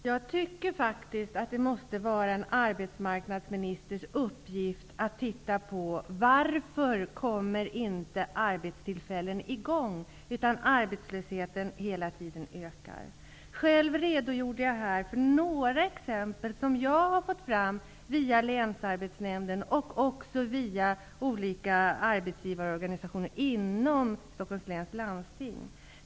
Herr talman! Jag tycker faktiskt att det måste vara en arbetsmarknadsministers uppgift att titta på varför arbetstillfällen inte kommer i gång, utan arbetslösheten ökar hela tiden. Själv redogjorde jag för några exempel som jag har fått fram via länsarbetnämnden och även via olika arbetsgivarorganisationer inom Stockholms läns landsting.